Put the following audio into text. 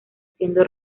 siendo